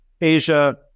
Asia